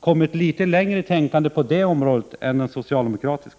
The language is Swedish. kommit litet längre i tänkandet på det området än socialdemokraterna.